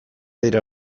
dira